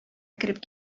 кереп